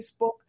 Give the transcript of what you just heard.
Facebook